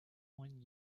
one